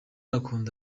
akunda